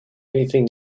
anything